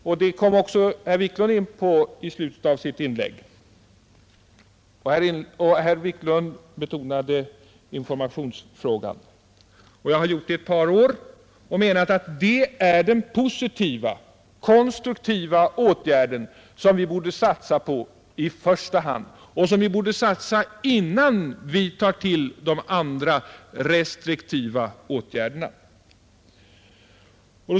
Herr Wiklund kom också in på den frågan i slutet av sitt inlägg, och han betonade informationen. Det har jag gjort ett par år, och jag har menat att information är den positiva, konstruktiva åtgärd som vi borde satsa på i första hand, innan vi tar till de andra, restriktiva åtgärderna.